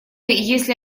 если